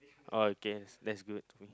oh okay that's good to me